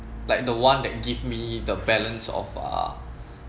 like the one that give me the balance of ah